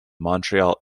montreal